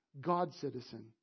God-citizen